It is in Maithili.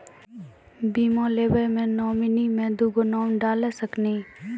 बीमा लेवे मे नॉमिनी मे दुगो नाम डाल सकनी?